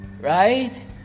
Right